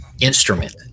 instrument